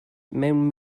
mewn